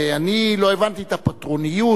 ואני לא הבנתי את הפטרוניות,